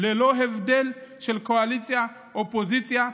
ללא הבדל של קואליציה, אופוזיציה.